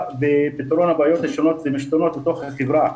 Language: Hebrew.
בפתרון הבעיות השונות והמשתנות בתוך החברה.